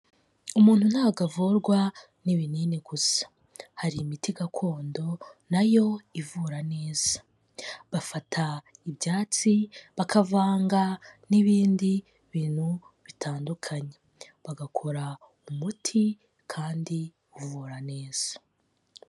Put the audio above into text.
Umuntu ntago avurwa n'ibinini gusa, hari imiti gakondo nayo ivura neza, bafata ibyatsi bakavanga n'ibindi bintu bitandukanye bagakora umuti kandi uvura neza.